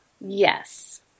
Yes